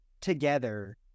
together